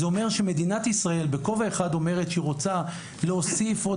זה אומר שמדינת ישראל בכובע אחד אומרת שהיא רוצה להוסיף עוד